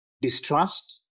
distrust